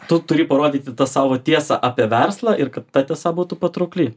tu turi parodyti tą savo tiesą apie verslą ir kad ta tiesa būtų patraukli